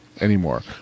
anymore